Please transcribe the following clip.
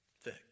thick